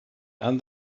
and